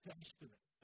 Testament